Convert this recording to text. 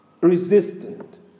Resistant